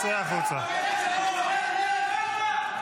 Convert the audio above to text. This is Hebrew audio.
צא החוצה, צא החוצה.